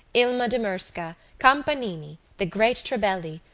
ilma de murzka, campanini, the great trebelli,